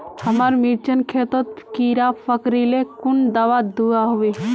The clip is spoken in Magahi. हमार मिर्चन खेतोत कीड़ा पकरिले कुन दाबा दुआहोबे?